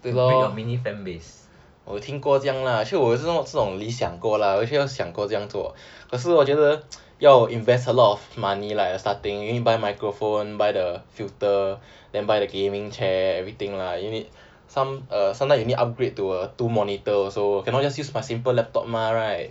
对 lor 我有听过这样 lah actually 我有这种理想过 lah 我有想过要这样做可是我觉得要 invest a lot of money like your starting you need to buy microphone buy the filter then buy the gaming chair everything lah you need uh sometimes upgrade to a two two monitor also cannot just use a simple laptop mah right